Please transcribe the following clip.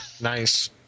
Nice